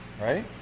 Right